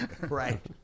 right